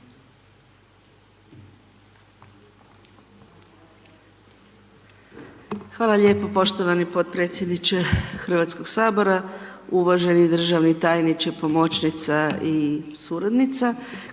Hvala lijepo uvaženi podpredsjedniče Hrvatskog sabora, poštovani državni tajniče sa suradnicama,